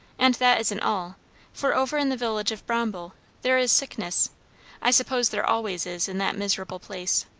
and that isn't all for over in the village of bromble there is sickness i suppose there always is in that miserable place.